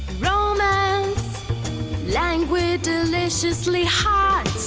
romance languid deliciously hot